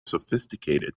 sophisticated